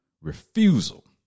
refusal